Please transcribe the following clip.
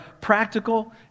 practical